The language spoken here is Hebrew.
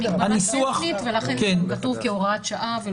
זה מבחינה טכנית ולכן זה גם כתוב כהוראת שעה.